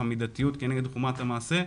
המידתיות כנגד חומרת המעשה,